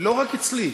לא רק אצלי.